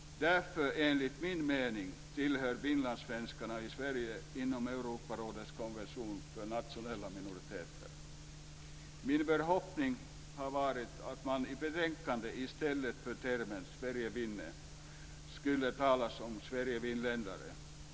Därför omfattas, enligt min mening, finlandssvenskarna i Sverige av Europarådets konvention för nationella minoriteter. Min förhoppning har varit att man i betänkandet i stället för termen "sverigefinne" skulle talat om sverigefinländare.